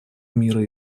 мира